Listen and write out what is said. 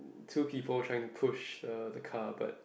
two people trying to push the the car but